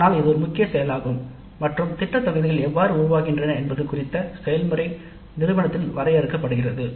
ஆனால் இது ஒரு முக்கியமான செயலாகும் திட்ட தொகுதிகள் எவ்வாறு உருவாகின்றன என்பது குறித்த செயல்முறை நிறுவனத்தில் வரையறுக்கப்படுகிறது